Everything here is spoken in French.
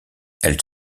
elle